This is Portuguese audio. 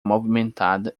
movimentada